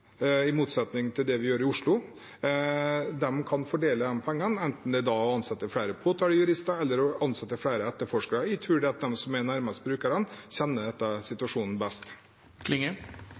i motsetning til det vi gjør i Oslo, kan fordele de pengene, enten det da er å ansette flere påtalejurister eller å ansette flere etterforskere. Jeg tror de som er nærmest brukerne, kjenner situasjonen best.